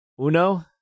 Uno